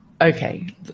okay